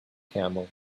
camel